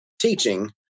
teaching